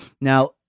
Now